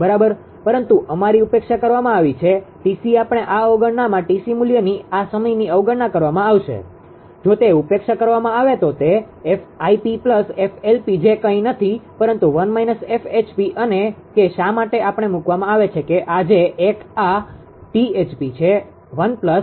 બરાબર પરંતુ અમારી ઉપેક્ષા કરવામાં આવી છે 𝑇𝑐 આપણે આ અવગણના 𝑇𝑐 મૂલ્યની આ સમયની અવગણના કરવામાં આવશે જો તે ઉપેક્ષા કરવામાં આવે તો તે જે કંઈ નથી પરંતુ અને કે શા માટે આપણે મૂકવા આવે છે કે આ જે 1 આ છે1